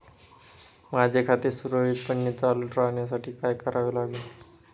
माझे खाते सुरळीतपणे चालू राहण्यासाठी काय करावे लागेल?